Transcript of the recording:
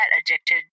addicted